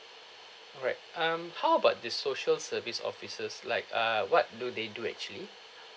alright um how about the social service offices like ah what do they do actually